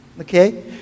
Okay